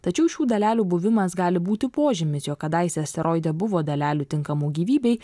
tačiau šių dalelių buvimas gali būti požymis jog kadaise asteroide buvo dalelių tinkamų gyvybei